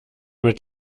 mit